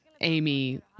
Amy